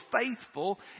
faithful